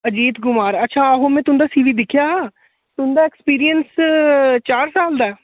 अजीत कुमार अच्छा आहो में तुंदा सी बी दिक्खेआ हा तुंदा ऐक्सपिरियंस चार साल दा ऐ